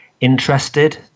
interested